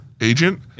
agent